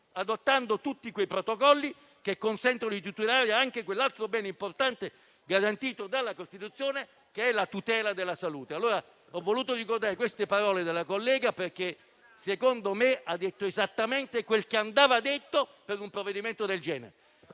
adottando tutti quei protocolli che consentono di tutelare anche quell'altro bene importante garantito dalla Costituzione, e cioè la salute. Ho voluto ricordare le parole della collega, perché ritengo abbia detto esattamente quel che andava affermato nei confronti di un provvedimento del genere.